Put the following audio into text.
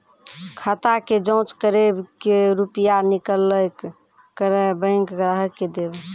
खाता के जाँच करेब के रुपिया निकैलक करऽ बैंक ग्राहक के देब?